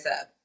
up